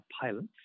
pilots